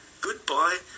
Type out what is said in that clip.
Goodbye